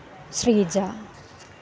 Sreeja